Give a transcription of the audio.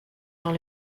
dans